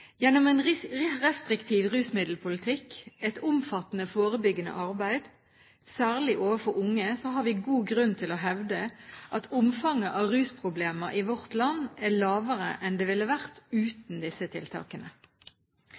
Gjennom en restriktiv rusmiddelpolitikk, et omfattende forebyggende arbeid, særlig overfor unge, har vi god grunn til å hevde at omfanget av rusproblemer i vårt land er lavere enn det ville vært uten disse tiltakene.